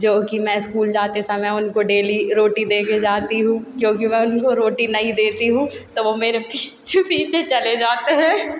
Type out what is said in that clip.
जो कि मैं स्कूल जाते समय उनको डेली रोटी देकर जाती हूँ क्योंकि वह उनको रोटी नहीं देती हूँ तो वो मेरे पीछे पीछे चले जाते हैं